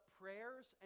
prayers